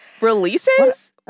Releases